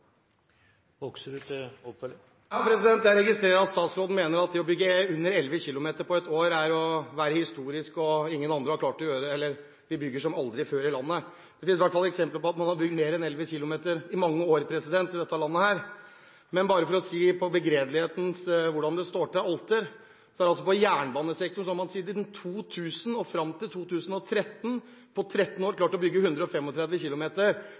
Jeg registrerer at statsråden mener at det å bygge under 11 km på ett år er å være historisk, og at vi bygger som aldri før her i landet. Det finnes i hvert fall eksempler på at man har bygd mer enn 11 km i mange år i dette landet. Men bare for å si – på begredelighetens alter – hvordan det står til: I jernbanesektoren har man i de 13 årene fra 2000 til 2013 klart å bygge 135 km. Det er ikke veldig mye å rope «hurra-meg-hei» for. Jeg synes ikke statsråden bør være så fornøyd med det. Så skryter statsråden og